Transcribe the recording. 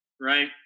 Right